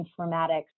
informatics